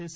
yes